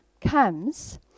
comes